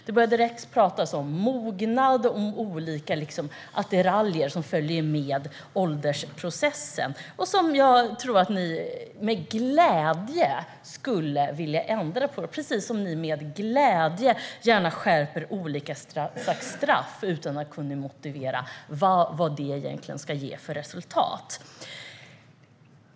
Det börjar direkt pratas om mognad och om olika attiraljer som följer med åldersprocessen och som jag tror att ni med glädje skulle vilja ändra på, precis som ni gärna skärper olika slags straff utan att kunna motivera vad det egentligen ska ge för resultat.